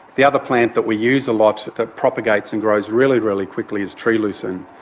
the other plant that we use a lot that propagates and grows really, really quickly is tree lucerne,